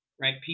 right